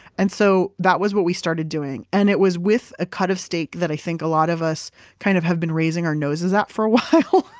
and so that was what we started doing. and it was with a cut of steak that i think a lot of us kind of have been raising our noses at for a while,